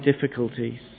difficulties